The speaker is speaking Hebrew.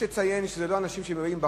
יש לציין שאלה לא אנשים שבאים מבחוץ.